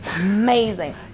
amazing